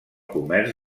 comerç